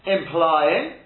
Implying